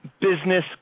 business